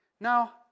Now